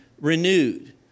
renewed